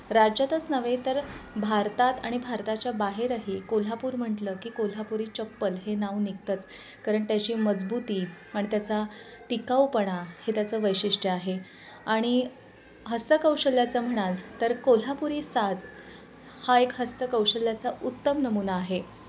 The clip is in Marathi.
राज्यातच नव्हे तर भारतात आणि भारताच्या बाहेरही कोल्हापूर म्हटलं की कोल्हापुरी चप्पल हे नाव निघतंच कारण त्याची मजबूती आणि त्याचा टिकाऊपणा हे त्याचं वैशिष्ट्य आहे आणि हस्तकौशल्याचं म्हणाल तर कोल्हापुरी साज हा एक हस्तकौशल्याचा उत्तम नमूना आहे